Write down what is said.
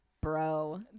bro